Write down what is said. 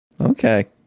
Okay